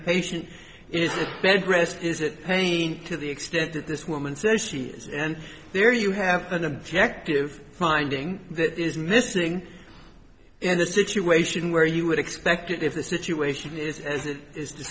patient is bed rest is a pain to the extent that this woman says she is and there you have an objective finding that is missing and the situation where you would expect if the situation is as it is